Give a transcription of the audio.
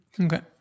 Okay